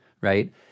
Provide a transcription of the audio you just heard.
right